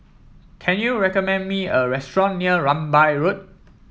can you recommend me a restaurant near Rambai Road